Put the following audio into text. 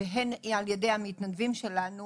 והן על ידי המתנדבים שלנו,